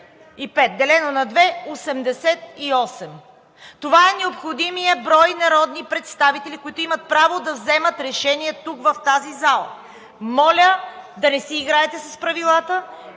175, делено на две – 88. Това е необходимият брой народни представители, които имат право да вземат решение в тази зала. Моля да не си играете с правилата.